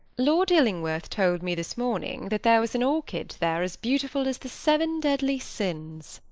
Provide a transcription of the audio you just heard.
lord illingworth told me this morning that there was an orchid there as beautiful as the seven deadly sins.